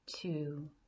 two